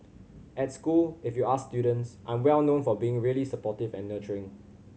at school if you ask students I'm well known for being really supportive and nurturing